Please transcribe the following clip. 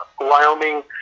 Wyoming